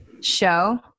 Show